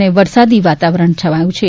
અને વરસાદી વાતાવરણ છવાયું છે